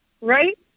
Right